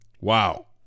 Wow